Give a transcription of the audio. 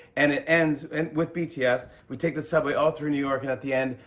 and it ends with bts. we take the subway all through new york, and at the end,